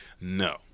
No